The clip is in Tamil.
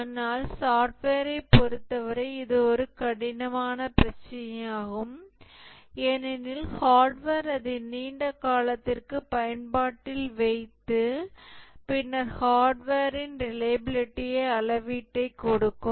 ஆனால் சாஃப்ட்வேரை பொறுத்தவரை இது ஒரு கடினமான பிரச்சினையாகும் ஏனெனில் ஹார்ட்வேர் அதை நீண்ட காலத்திற்கு பயன்பாட்டில் வைத்து பின்னர் ஹார்ட்வேரின் ரிலையபிலிடி அளவீட்டைக் கொடுக்கும்